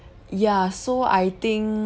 ya so I think